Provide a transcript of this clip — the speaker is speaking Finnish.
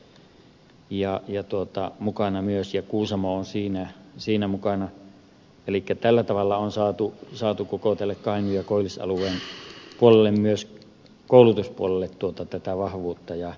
meillä on nyt se koulupuoli tässä mukana myös ja kuusamo on siinä mukana elikkä tällä tavalla on saatu koko tälle kainuun ja koillismaan puolelle myös koulutuspuolelle tätä vahvuutta